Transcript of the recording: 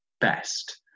best